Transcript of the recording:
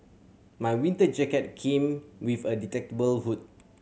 my winter jacket came with a detachable hood